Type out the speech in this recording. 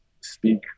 speak